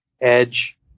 edge